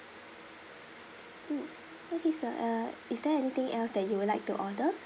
mm okay sir uh is there anything else that you would like to order